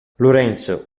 lorenzo